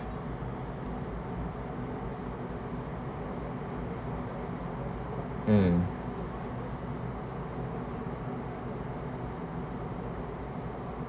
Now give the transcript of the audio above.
um